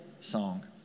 song